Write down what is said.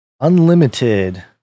Unlimited